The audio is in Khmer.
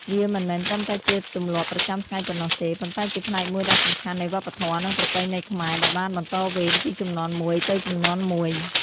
វាមិនមែនត្រឹមតែជាទម្លាប់ប្រចាំថ្ងៃប៉ុណ្ណោះទេ ប៉ុន្តែជាផ្នែកមួយដ៏សំខាន់នៃវប្បធម៌ និងប្រពៃណីខ្មែរ ដែលបានបន្តវេនពីជំនាន់មួយទៅជំនាន់មួយ។